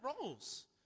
roles